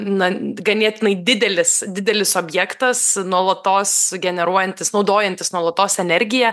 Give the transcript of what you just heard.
na ganėtinai didelis didelis objektas nuolatos generuojantis naudojantis nuolatos energiją